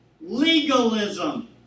Legalism